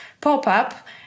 pop-up